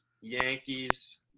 Yankees